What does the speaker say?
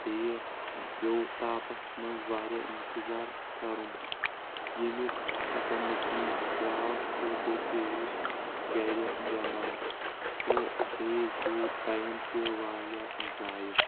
بیٚیہِ پیو تاپس منٛز واریاہ انتظار کرُن ییٚمیُک پتہٕ نٔتیٖجہٕ درٛاو کہِ بہٕ پیووُس گرِ بٮ۪مار تہٕ بیٚیہِ گوٚو ٹایِم تہِ واریاہ زایہِ